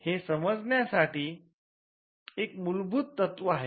हे समजण्यासाठी हे एक मूलभूत तत्व आहे